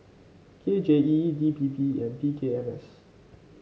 K J E D P P and P K M S